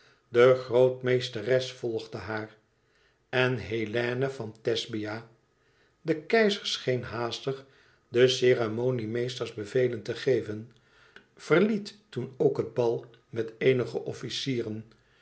de grootmeesteres volgde haar en hélène van thesbia de keizer scheen haastig den ceremoniemeesters bevelen te geven verliet toen ook het bal met eenige officieren